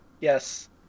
yes